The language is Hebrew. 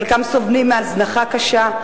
חלקם סובלים מהזנחה קשה,